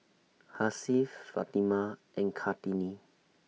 Hasif Fatimah and Kartini